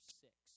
six